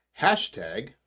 hashtag